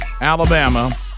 Alabama